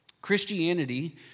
Christianity